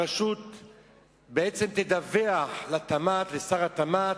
הרשות בעצם תדווח לתמ"ת, לשר התמ"ת,